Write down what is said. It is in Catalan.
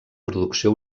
producció